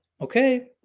okay